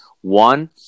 One